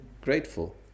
grateful